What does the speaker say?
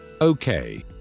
Okay